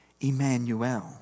Emmanuel